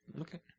Okay